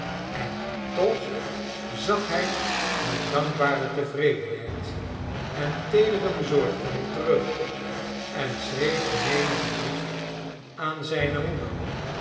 en toch zag hij met dankbare tevredenheid en teedere bezorgdheid terug en schreef menigen brief aan zijne moeder